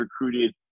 recruited